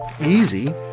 easy